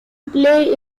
play